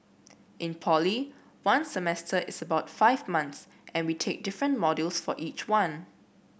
in poly one semester is about five months and we take different modules for each one